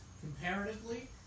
Comparatively